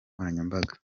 nkoranyambaga